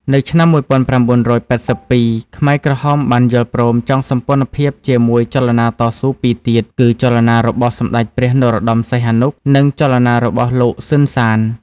នៅឆ្នាំ១៩៨២ ខ្មែរក្រហមបានយល់ព្រមចងសម្ព័ន្ធភាពជាមួយចលនាតស៊ូពីរទៀតគឺ ចលនារបស់សម្តេចព្រះ នរោត្តម សីហនុ និងចលនារបស់លោក សឺន សាន។